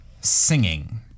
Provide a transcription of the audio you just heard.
singing